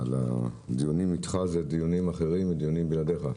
הדיונים איתך הם דיונים אחרים מדיונים בלעדיך.